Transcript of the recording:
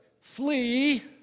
Flee